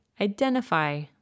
Identify